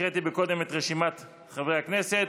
יוליה מלינובסקי קונין, חמד עמאר ואלכס קושניר,